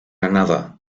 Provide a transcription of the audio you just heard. another